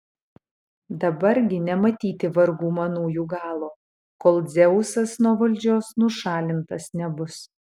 dabar gi nematyti vargų manųjų galo kol dzeusas nuo valdžios nušalintas nebus